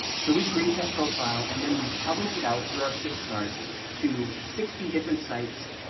so we create that profile and then we publish it out through our kickstart to sixty different sites,